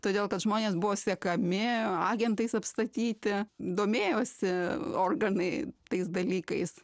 todėl kad žmonės buvo sekami agentais apstatyti domėjosi organai tais dalykais